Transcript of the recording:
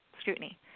scrutiny